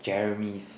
Jeremy's